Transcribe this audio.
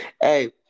hey